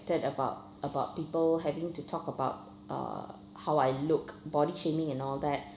about about people having to talk about uh how I look body shaming and all that